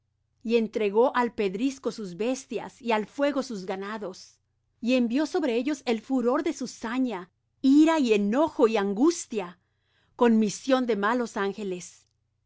y entregó al pedrisco sus bestias y al fuego sus ganados envió sobre ellos el furor de su saña ira y enojo y angustia con misión de malos ángeles